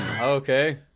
Okay